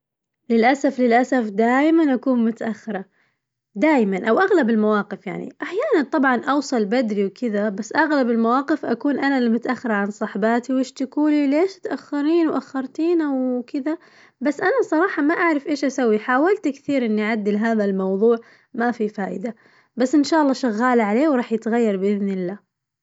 للأسف للأسف دايماً أكون متأخرة، دايماً أو أغلب المواقف يعني أحياناً طبعاً أوصل بدري وكذا بس أغلب المواقف أكون أنا اللي متأخرة عن صحباتي ويشتكولي ليش تأخرين وأخرتينا وكذا، بس أنا صراحة ما أعرف إيش أسوي حاولت كثير إنني أعدل هذا الموظوع ما في فايدة، بس إن شاء الله شغالة عليه وراح يتغير بإذن الله.